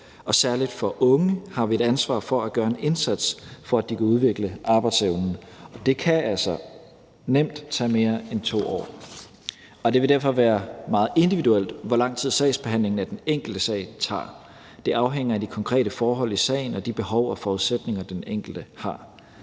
Særlig for unge har vi et ansvar for at gøre en indsats, for at de kan udvikle arbejdsevnen, og det kan altså nemt tage mere end 2 år. Det vil derfor være meget individuelt, hvor lang tid sagsbehandlingen af den enkelte sag tager. Det afhænger af de konkrete forhold i sagen og de behov og forudsætninger, den enkelte har.